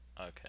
Okay